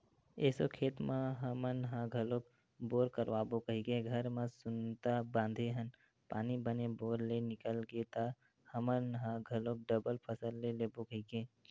एसो खेत म हमन ह घलोक बोर करवाबो कहिके घर म सुनता बांधे हन पानी बने बोर ले निकल गे त हमन ह घलोक डबल फसल ले लेबो कहिके